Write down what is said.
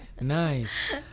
Nice